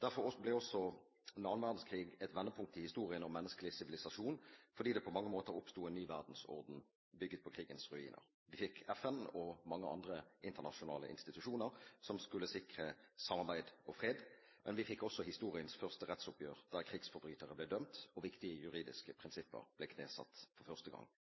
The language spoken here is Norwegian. Derfor ble også den andre verdenskrigen et vendepunkt i historien om menneskelig sivilisasjon, fordi det på mange måter oppsto en ny verdensorden bygd på krigens ruiner. Vi fikk FN og mange andre internasjonale institusjoner som skulle sikre samarbeid og fred, men vi fikk også historiens første rettsoppgjør der krigsforbrytere ble dømt og viktige juridiske prinsipper ble knesatt for første gang.